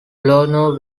plano